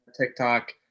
TikTok